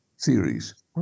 theories